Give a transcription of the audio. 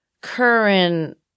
current